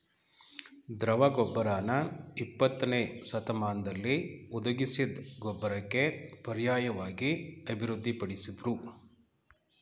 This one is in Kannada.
ದ್ರವ ಗೊಬ್ಬರನ ಇಪ್ಪತ್ತನೇಶತಮಾನ್ದಲ್ಲಿ ಹುದುಗಿಸಿದ್ ಗೊಬ್ಬರಕ್ಕೆ ಪರ್ಯಾಯ್ವಾಗಿ ಅಭಿವೃದ್ಧಿ ಪಡಿಸುದ್ರು